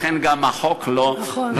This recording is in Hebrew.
לכן גם החוק לא, נכון.